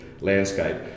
landscape